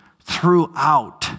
throughout